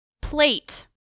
Plate